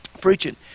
preaching